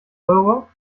euro